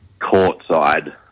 courtside